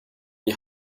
die